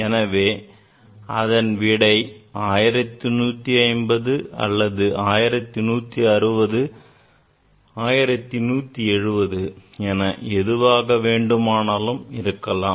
எனவே அதன் விடை 1150 1160 1170 என எதுவாக வேண்டுமானாலும் இருக்கலாம்